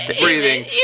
breathing